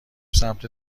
سمت